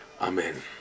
amen